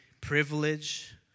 privilege